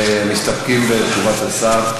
מסתפקים בתשובת השר.